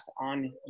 on